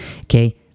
Okay